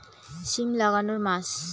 সিম লাগানোর মাস?